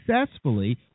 successfully